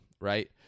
Right